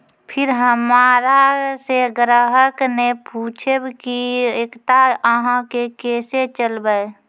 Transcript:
फिर हमारा से ग्राहक ने पुछेब की एकता अहाँ के केसे चलबै?